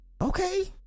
Okay